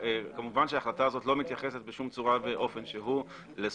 כמובן שההחלטה הזו לא מתייחסת בשום צורה ואופן שהוא לזכויות